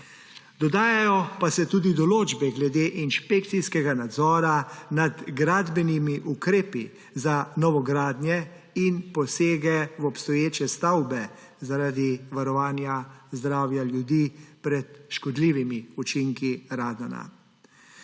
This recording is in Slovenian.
Dodajajo pa se tudi določbe glede inšpekcijskega nadzora nad gradbenimi ukrepi za novogradnje in posege v obstoječe stavbe zaradi varovanja zdravja ljudi pred škodljivimi učinki radona.